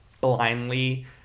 blindly